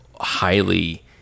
highly